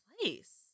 place